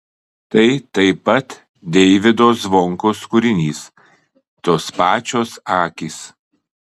tai taip pat deivydo zvonkaus kūrinys tos pačios akys